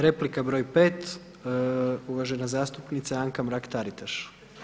Replika broj 5, uvažena zastupnica Anka Mrak Taritaš.